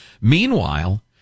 Meanwhile